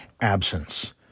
absence